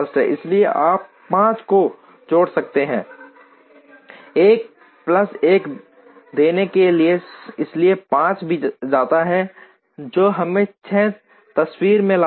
इसलिए आप 5 को जोड़ सकते हैं एक प्लस 1 देने के लिए इसलिए 5 भी जाता है जो हमें 6 तस्वीर में लाता है